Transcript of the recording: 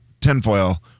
tinfoil